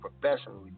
professionally